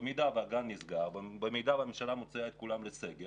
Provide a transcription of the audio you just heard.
במידה שהגן נסגר והממשלה מוציאה את כולם לסגר